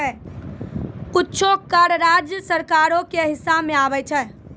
कुछो कर राज्य सरकारो के हिस्सा मे आबै छै